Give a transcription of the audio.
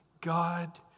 God